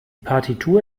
partitur